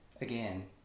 Again